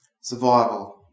survival